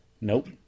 Nope